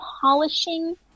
polishing